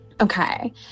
Okay